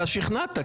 אתה שכנעת.